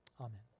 Amen